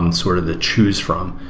and sort of the choose from.